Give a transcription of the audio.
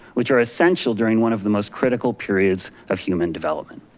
which are essential during one of the most critical periods of human development.